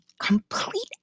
complete